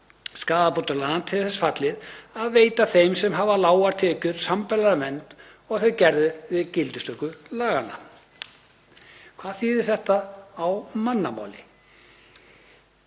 skaðabótalaga til þess fallin að veita þeim sem hafa lágar tekjur sambærilega vernd og þau gerðu við gildistöku laganna. Hvað þýðir þetta á mannamáli?